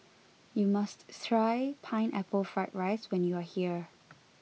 you must try pineapple fried rice when you are here